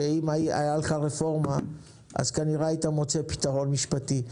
שאם הייתה לך רפורמה כנראה היית מוצא פתרון משפטי,